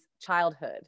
childhood